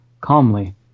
calmly